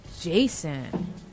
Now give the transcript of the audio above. Jason